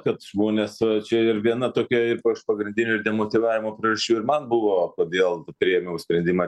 kad žmonės čia ir viena tokia ypač pagrindinių demotyvavimo priežasčių ir man buvo kodėl priėmiau sprendimą